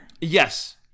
Yes